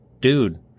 dude